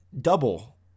double